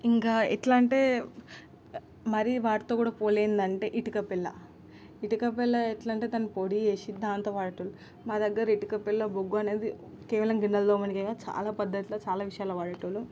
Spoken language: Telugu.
ఇంకా ఎట్లంటే మరి వాటితో కూడా పోలేనిదంటే ఇటిక పిళ్ళ ఇటిక పిళ్ళ ఎట్లంటే దాని పొడిజేసి దాంతోబాటు మా దగ్గర ఇటిక పిళ్ళ బొగ్గు అనేది కేవలం గిన్నెలు తోమడానికే చాలా పద్ధతిలో చాలా విషయాల్లో వాడేటోళ్ళు